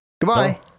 goodbye